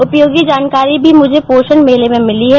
उपयोगी जानकारी भी मुझे पोषण मेले में मिली है